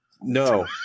No